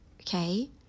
okay